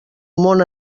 món